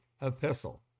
epistle